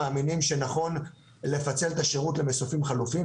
אנו מאמינים שנכון לפצל את השירות למסופים חלופיים.